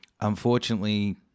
unfortunately